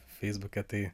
feisbuke tai